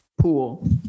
pool